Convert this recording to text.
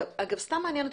אגב, סתם מעניין אותי.